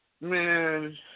man